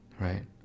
right